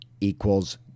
equals